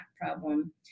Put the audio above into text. problem